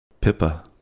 pippa